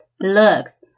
looks